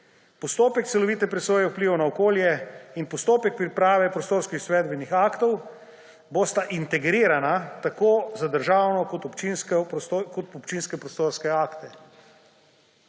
Postopek celovite presoje vplivov na okolje in postopek priprave prostorskih izvedbenih aktov bosta integrirana tako za državne kot občinske prostorske akte.